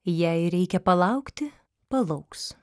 jei reikia palaukti palauks